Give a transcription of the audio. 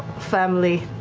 family,